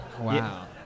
Wow